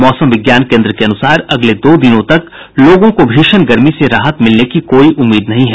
मौसम विज्ञान केन्द्र के अनुसार अगले दो दिनों तक लोगों को भीषण गर्मी से राहत मिलने की कोई उम्मीद नहीं है